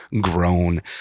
grown